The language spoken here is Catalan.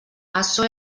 açò